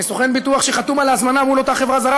כסוכן ביטוח שחתום על ההזמנה מול אותה חברה זרה,